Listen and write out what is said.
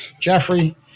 Jeffrey